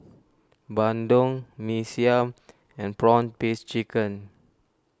Bandung Mee Siam and Prawn Paste Chicken